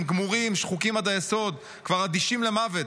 הם גמורים, שחוקים עד היסוד, כבר אדישים למוות.